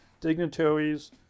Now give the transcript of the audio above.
dignitaries